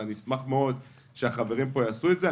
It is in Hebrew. ואני אשמח מאוד שהחברים פה יעשו את זה.